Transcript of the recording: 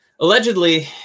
Allegedly